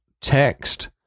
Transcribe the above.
text